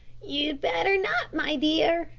you'd better not, my dear,